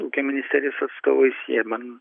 ūkio ministerijos atstovais jie man